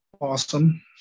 awesome